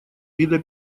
вида